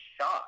shot